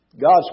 God's